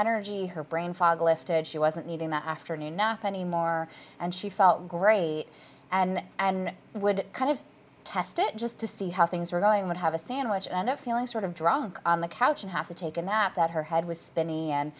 energy her brain fog lifted she wasn't meeting that afternoon up anymore and she felt great and and would kind of test it just to see how things were going would have a sandwich and a feeling sort of drunk on the couch and have to take a nap that her head was spinning and